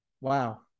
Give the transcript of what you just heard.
Wow